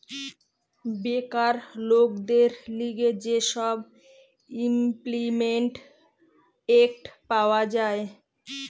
বেকার লোকদের লিগে যে সব ইমল্পিমেন্ট এক্ট পাওয়া যায়